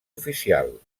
oficial